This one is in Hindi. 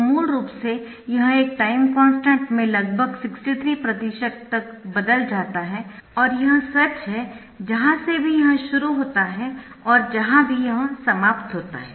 तो मूल रूप से यह एक टाइम कॉन्स्टन्ट में लगभग 63 प्रतिशत तक बदल जाता है और यह सच है जहाँ से भी यह शुरू होता है और जहाँ भी समाप्त होता है